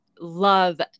love